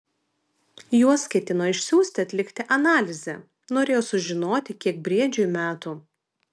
juos ketino išsiųsti atlikti analizę norėjo sužinoti kiek briedžiui metų